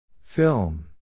Film